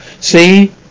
See